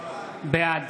בעד